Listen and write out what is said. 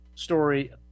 story